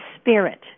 spirit